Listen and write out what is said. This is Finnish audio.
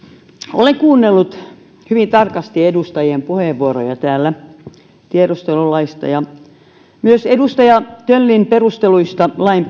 olen kuunnellut hyvin tarkasti edustajien puheenvuoroja tiedustelulaista ja myös edustaja töllin perusteluja lain